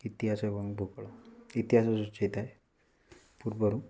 ଇତିହାସ ଏବଂ ଭୂଗୋଳ ଇତିହାସକୁ ସୂଚେଇ ଥାଏ ପୂର୍ବରୁ